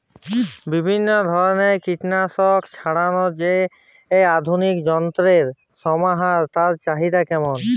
বিভিন্ন ধরনের কীটনাশক ছড়ানোর যে আধুনিক যন্ত্রের সমাহার তার চাহিদা কেমন?